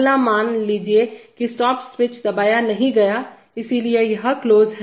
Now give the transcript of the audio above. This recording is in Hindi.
अगला मान लीजिए कि स्टॉप स्विच दबाया नहीं गया है इसलिए यह क्लोज है